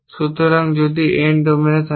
সুতরাং যদি N domain থাকে